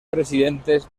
presidentes